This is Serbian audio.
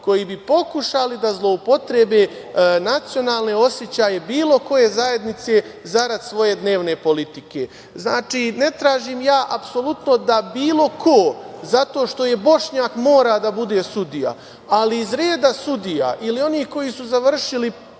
koji bi pokušali da zloupotrebe nacionalne osećaje bilo koje zajednice zarad svoje dnevne politike. Znači, ne tražim ja apsolutno da bilo ko zato što je Bošnjak mora da bude sudija, ali iz reda sudija ili onih koji su završili pravni